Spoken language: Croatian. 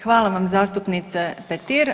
Hvala vam zastupnice Petir.